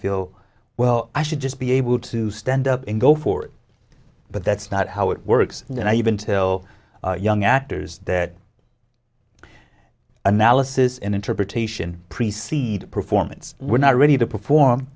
feel well i should just be able to stand up and go for it but that's not how it works and i even tell young actors that analysis and interpretation preceded performance when i ready to perform